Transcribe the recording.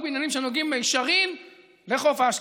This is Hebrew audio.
בעניינים שנוגעים במישרין לחוף אשקלון,